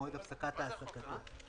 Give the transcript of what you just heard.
מועד הפסקת העסקתו).